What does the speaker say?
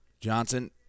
Johnson